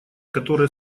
которые